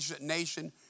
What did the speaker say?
nation